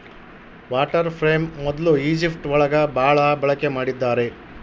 water frame ಮೊದ್ಲು Egypt ಒಳಗ ಭಾಳ ಬಳಕೆ ಮಾಡಿದ್ದಾರೆ